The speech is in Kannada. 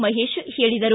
ಮಹೇಶ್ ಹೇಳಿದರು